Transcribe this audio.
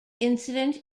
incident